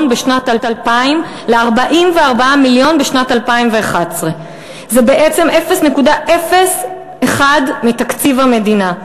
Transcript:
בשנת 2000 ל-44 מיליון בשנת 2011. זה בעצם 0.01% מתקציב המדינה.